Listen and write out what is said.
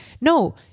No